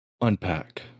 unpack